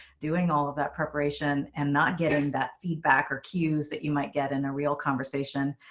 doing all of that preparation and not getting that feedback or cues that you might get in a real conversation.